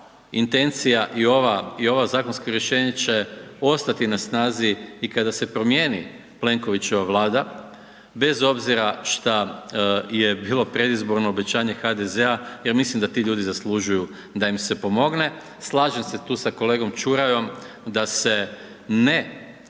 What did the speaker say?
intencija i ovo zakonske rješenje će ostati na snazi i kada se promijeni Plenkovićeva Vlada bez obzira šta je bilo predizborno obećanje HDZ-a jer mislim da ti ljudi zaslužuju da im se pomogne, slažem se tu sa kolegom Čurajom da se ne treba